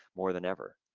more than ever.